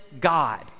God